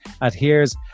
adheres